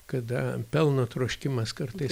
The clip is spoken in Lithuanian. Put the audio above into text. kada pelno troškimas kartais